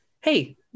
Hey